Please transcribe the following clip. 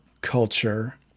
culture